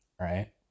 Right